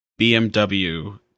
BMW